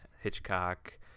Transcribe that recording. Hitchcock